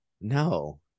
No